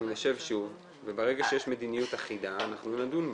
אנחנו נשב שוב וברגע שיש מדיניות אחידה אנחנו נדון בה.